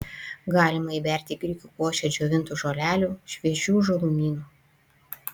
galima įberti į grikių košę džiovintų žolelių šviežių žalumynų